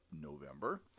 November